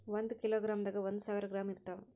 ಒಂದ್ ಕಿಲೋಗ್ರಾಂದಾಗ ಒಂದು ಸಾವಿರ ಗ್ರಾಂ ಇರತಾವ